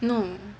no